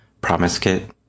PromiseKit